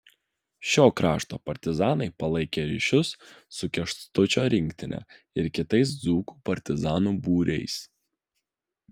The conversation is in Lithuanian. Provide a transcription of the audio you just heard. šio krašto partizanai palaikė ryšius su kęstučio rinktine ir kitais dzūkų partizanų būriais